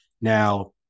Now